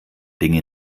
dinge